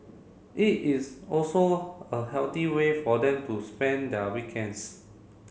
it is also a healthy way for them to spend their weekends